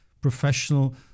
Professional